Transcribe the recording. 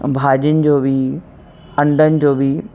ऐं भाॼियुनि जो बि अंडनि जो बि